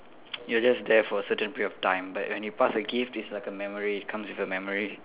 you are just there for a certain period of time but when you pass a gift it's like a memory it comes with a memory